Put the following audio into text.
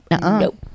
nope